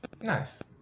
Nice